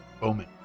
Bowman